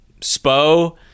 Spo